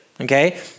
okay